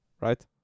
right